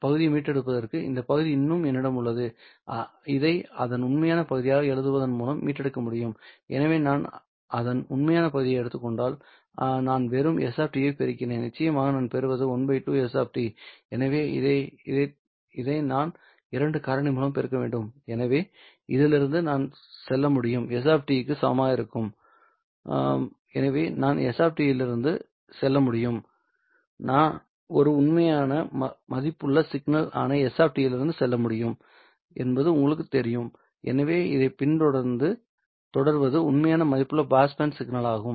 இந்த பகுதியை மீட்டெடுப்பதற்கு இந்த பகுதி இன்னும் என்னிடம் உள்ளது இதை அதன் உண்மையான பகுதியாக எழுதுவதன் மூலம் மீட்டெடுக்க முடியும் எனவே நான் அதன் உண்மையான பகுதியை எடுத்துக் கொண்டால் நான் வெறும் s ஐ பெறுகிறேன் நிச்சயமாக நான் பெறுவது ½ s எனவே இதை நான் 2 காரணி மூலம் பெருக்க வேண்டும் எனவே இதிலிருந்து நான் செல்ல முடியும் s க்கு சமமாக இருக்கும் எனவே நான் s இலிருந்து செல்ல முடியும் நான் ஒரு உண்மையான மதிப்புள்ள சிக்னல் ஆன s இலிருந்து செல்ல முடியும் என்பது உங்களுக்குத் தெரியும் எனவே இதை பின்தொடர்வது உண்மையான மதிப்புள்ள பாஸ் பேண்ட் சிக்னலாகும்